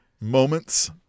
moments